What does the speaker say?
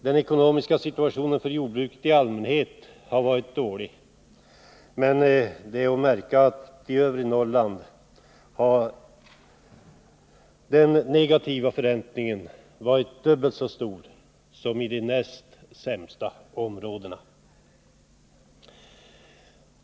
Den ekonomiska situationen för jordbruket i allmänhet har varit dålig, meni övre Norrland har den negativa förräntningen varit dubbelt så stor som i de näst sämsta områdena.